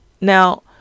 Now